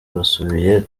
basubiye